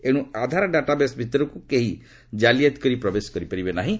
ଏଣୁ ଆଧାର ଡାଟାବେସ୍ ଭିତରକୁ କେହି ଜାଲିଆତି କରି ପ୍ରବେଶ କରିପାରିବେ ନାହିଁ